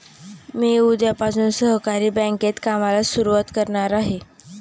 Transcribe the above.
मी उद्यापासून सहकारी बँकेत कामाला सुरुवात करणार आहे